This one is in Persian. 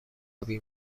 آبی